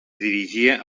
dirigia